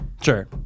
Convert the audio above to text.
sure